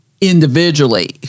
individually